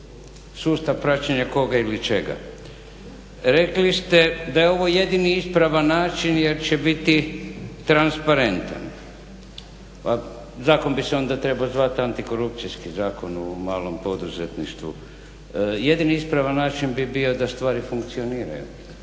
Sustav praćenja koga ili čega? Rekli ste da je ovo jedini ispravan način jer će biti transparentan. Pa zakon bi se onda trebao zvati antikorupcijski zakon u malom poduzetništvu. Jedini ispravan način bi bio da stvari funkcioniraju,